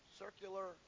circular